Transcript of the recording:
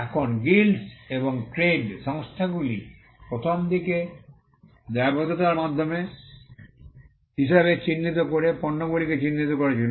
এখন গিল্ডস এবং ট্রেড সংস্থাগুলি প্রথমদিকে দায়বদ্ধতার মাধ্যম হিসাবে চিহ্নিত করে পণ্যগুলি চিহ্নিত করেছিল